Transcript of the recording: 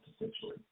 essentially